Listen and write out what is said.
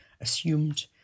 assumed